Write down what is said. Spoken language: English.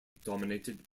dominated